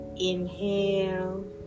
Inhale